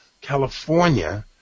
California